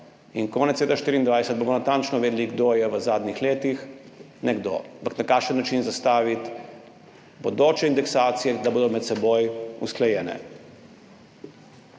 Konec leta 2024 bomo natančno vedeli, kdo je v zadnjih letih, ne kdo, ampak na kakšen način zastaviti bodoče indeksacije, da bodo med seboj usklajene.